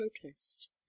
protest